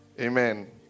Amen